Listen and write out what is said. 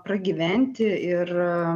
pragyventi ir